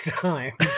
time